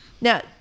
Now